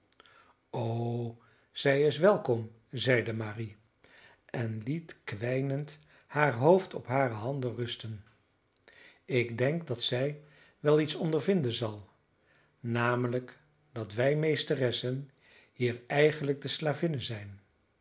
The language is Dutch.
o zij is welkom zeide marie en liet kwijnend haar hoofd op hare handen rusten ik denk dat zij wel iets ondervinden zal namelijk dat wij meesteressen hier eigenlijk de slavinnen zijn